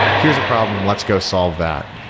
here's a problem. let's go solve that.